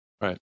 Right